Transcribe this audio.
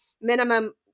minimum